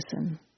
listen